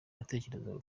natekerezaga